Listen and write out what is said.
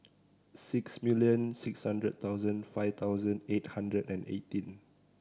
six million six hundred thousand five thousand eight hundred and eighteen